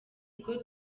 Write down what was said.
bwo